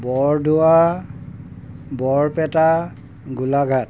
Bordowa Barpeta Golaghat